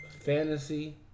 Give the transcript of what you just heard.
fantasy